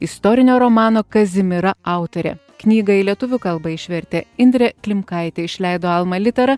istorinio romano kazimira autorė knygą į lietuvių kalbą išvertė indrė klimkaitė išleido alma litera